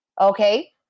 Okay